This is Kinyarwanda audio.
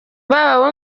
baba